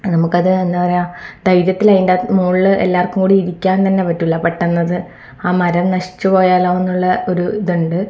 നമുക്കത് എന്താ പറയുക ധൈര്യത്തിൽ അതിൻ്റെ മുകളിൽ എല്ലാവർക്കും കൂടി ഇരിക്കാൻ തന്നെ പറ്റില്ല പെട്ടെന്നത് ആ മരം നശിച്ചു പോയാലോ എന്നുള്ള ഒരു ഇതുണ്ട്